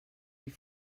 wie